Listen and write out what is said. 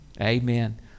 amen